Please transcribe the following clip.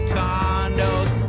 condos